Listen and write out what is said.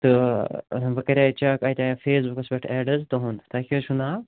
تہٕ وۅنۍ کَریاے یہِ چیٚک اَتہِ آیہِ فیس بُکَس پٮ۪ٹھ اٮ۪ڈ حظ تُہُنٛد تۄہہِ کیٛاہ حظ چھُو ناو